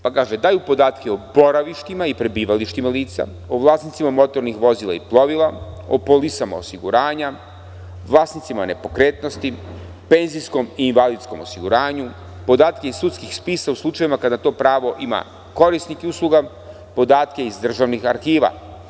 Dakle, kaže ovako – daju podatke o boravištima i prebivalištima lica, o vlasnicima motornih vozila i plovila, o polisama osiguranja, vlasnicima nepokretnosti, penzijskom i invalidskom osiguranju, podatke iz sudskih spisa u slučajevima kada to pravo ima korisnik usluga i podatke iz državnih arhiva.